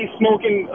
smoking